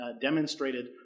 demonstrated